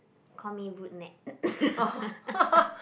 call me rude Nat